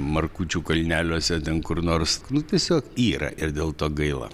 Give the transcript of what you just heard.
markučių kalneliuose ten kur nors nu tiesiog yra ir dėl to gaila